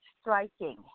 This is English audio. striking